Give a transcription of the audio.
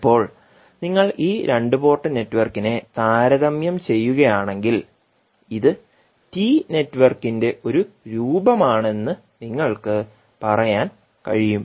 ഇപ്പോൾ നിങ്ങൾ ഈ രണ്ട് പോർട്ട് നെറ്റ്വർക്കിനെ താരതമ്യം ചെയ്യുകയാണെങ്കിൽ ഇത് ടി നെറ്റ്വർക്കിന്റെ ഒരു രൂപമാണെന്ന് നിങ്ങൾക്ക് പറയാൻ കഴിയും